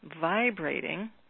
vibrating